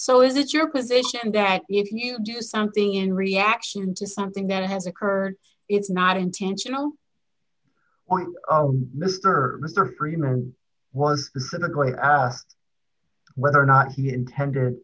so is it your position that if you do something in reaction to something that has occurred it's not intentional on mr mr freeman was specifically whether or not he intended